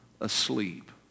asleep